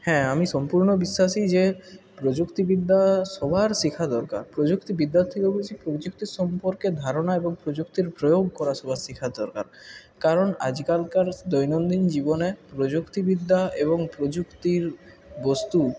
হ্যাঁ আমি সম্পূর্ণ বিশ্বাসী যে প্রযুক্তিবিদ্যা সবার শেখা দরকার প্রযুক্তিবিদ্যার থেকেও বেশি প্রযুক্তি সম্পর্কে ধারণা এবং প্রযুক্তির প্রয়োগ করা সবার শেখার দরকার কারণ আজকালকার দৈনন্দিন জীবনে প্রযুক্তিবিদ্যা এবং প্রযুক্তির বস্তু